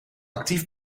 actief